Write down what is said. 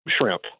shrimp